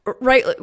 right